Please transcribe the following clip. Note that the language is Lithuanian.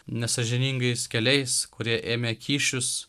nesąžiningais keliais kurie ėmė kyšius